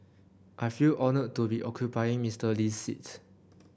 I feel honoured to be occupying Mister Lee's seat